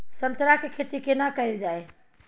संतरा के खेती केना कैल जाय?